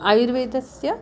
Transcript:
आयुर्वेदस्य